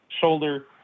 shoulder